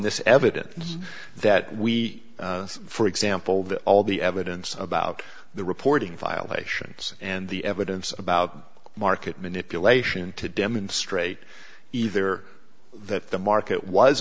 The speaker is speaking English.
this evidence that we for example that all the evidence about the reporting violations and the evidence about market manipulation to demonstrate either that the market was